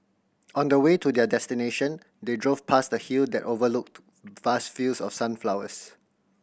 on the way to their destination they drove past a hill that overlooked vast fields of sunflowers